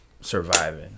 surviving